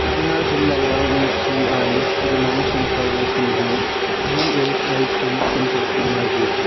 पाटना जिल्लायाव इउटिआइ गोनां सेन्टार रोखोमजों इएसआइसि सेन्टारखौ नागिर